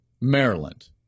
Maryland